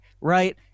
right